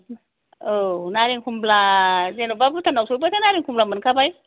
औ नारेंखमला जेनेबा भुटान आव थांबाथाय नारेंखमला मोनखाबाय